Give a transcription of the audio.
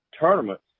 tournaments